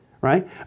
right